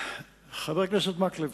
חבר כנסת מקלב,